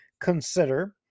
consider